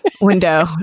window